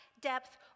depth